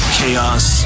Chaos